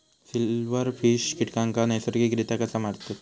Silverfish कीटकांना नैसर्गिकरित्या कसा मारतत?